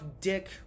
dick